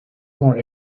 more